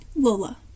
Lola